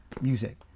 music